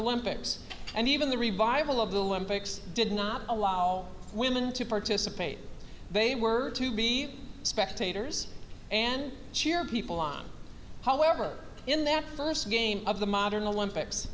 olympics and even the revival of the infix did not allow women to participate they were to be spectators and cheer people on however in that first game of the modern olympics